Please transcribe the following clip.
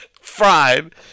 fried